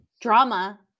drama